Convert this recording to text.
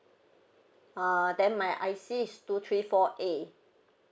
uh then my I_C is two three four A